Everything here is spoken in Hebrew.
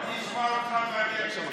אני אשמע אותך ואני אגיב.